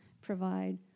provide